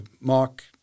Mark